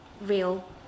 real